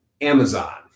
Amazon